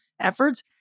efforts